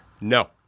No